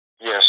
Yes